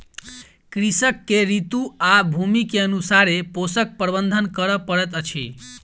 कृषक के ऋतू आ भूमि के अनुसारे पोषक प्रबंधन करअ पड़ैत अछि